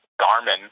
Garmin